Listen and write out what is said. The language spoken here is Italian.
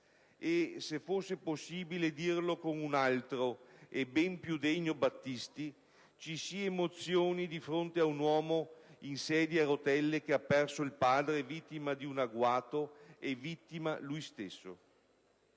Se fosse possibile dirlo con un altro e ben più degno Battisti: ci si emozioni di fronte a un uomo in sedia a rotelle, che ha perso il padre vittima di un agguato e vittima lui stesso.